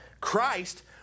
Christ